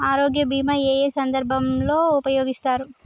ఆరోగ్య బీమా ఏ ఏ సందర్భంలో ఉపయోగిస్తారు?